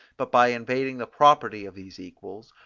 but by invading the property of these equals,